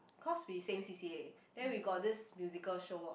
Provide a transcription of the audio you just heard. cause we same C_C_A then we got this musical show